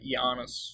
Giannis